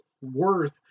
worth